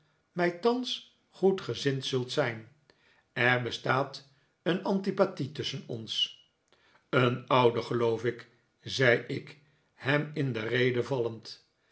mij thans goedgezind zult zijn er bestaat een antipathie tusschen ons een oude geloof ik zei ik hem in de rede vallend